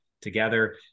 together